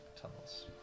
tunnels